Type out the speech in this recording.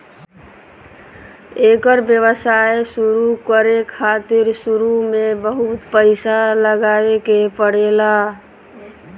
एकर व्यवसाय शुरु करे खातिर शुरू में बहुत पईसा लगावे के पड़ेला